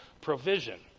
provision